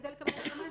כדי לקבל הסכמה,